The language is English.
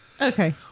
okay